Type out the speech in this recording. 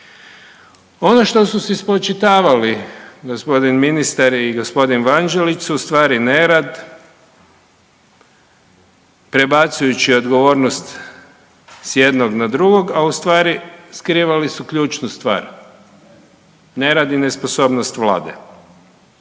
Ono što su si spočitavali g. ministar i g. Vanđelić su ustvari nerad, prebacujući odgovornost s jednog na drugog, a ustvari skrivali su ključnu stvar, nerad i nesposobnost Vlade.